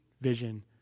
vision